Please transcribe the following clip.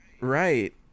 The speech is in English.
Right